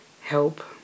help